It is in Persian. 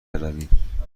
برویم